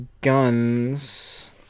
guns